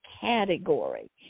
category